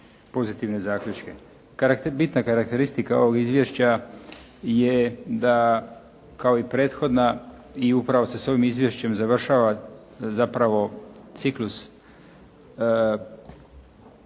pozitivne zaključke. Bitna karakteristika ovog izvješća je da kao i prethodna i upravo se s ovim izvješćem završava zapravo ciklus